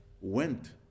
went